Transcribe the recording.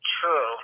True